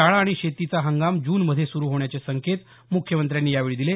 शाळा आणि शेतीचा हंगाम जून मध्ये स्रु होण्याचे संकेत मुख्यमंत्र्यांनी यावेळी दिले